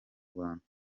rwanda